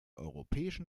europäischen